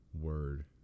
Word